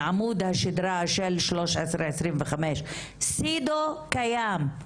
מעמוד השדרה של 1325. "סידאו" קיים.